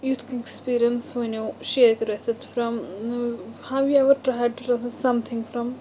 یُتھ کانٛہہ اٮ۪کٕسپیٖریَنٕس ؤنِو شِیَر کٔرِو اَسہ سۭتۍ from you how you are to how to translate something from